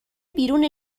بیرون